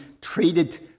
treated